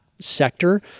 sector